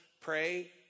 pray